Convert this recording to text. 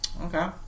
Okay